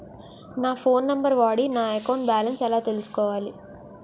నా phone number వాడి నా అకౌంట్ బాలన్స్ ఎలా తెలుసుకోవాలి?